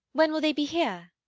when will they be here?